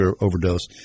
overdose